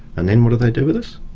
and then what do they do with us?